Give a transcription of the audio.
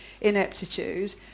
ineptitude